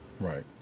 Right